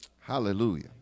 Hallelujah